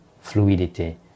fluidity